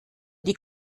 die